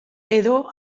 edo